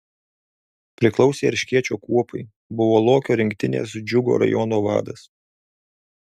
priklausė erškėčio kuopai buvo lokio rinktinės džiugo rajono vadas